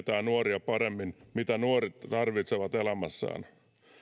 tietää nuoria paremmin mitä nuoret tarvitsevat elämässään